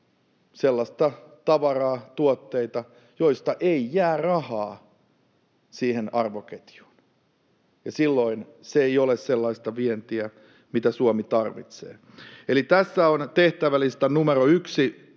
sellaista tavaraa, tuotteita, joista ei jää rahaa siihen arvoketjuun, ja silloin se ei ole sellaista vientiä, mitä Suomi tarvitsee. Eli tässä on tehtävälistan numero yksi